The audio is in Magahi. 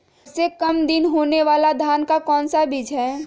सबसे काम दिन होने वाला धान का कौन सा बीज हैँ?